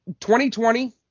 2020